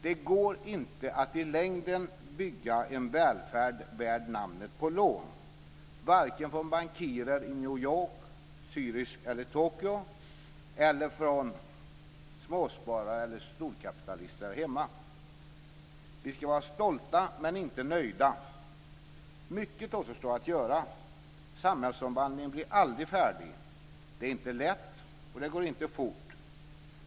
Det går inte att i längden bygga en välfärd värd namnet på lån, varken från bankirer i New York, Zürich och Tokyo eller från småsparare och storkapitalister här hemma. Vi ska vara stolta, men inte nöjda. Mycket återstår att göra. Samhällsomvandlingen blir aldrig färdig. Det är inte lätt. Det går inte fort.